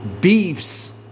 beefs